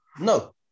No